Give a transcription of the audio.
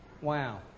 Wow